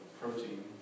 protein